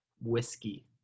whiskey